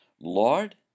Lord